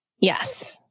Yes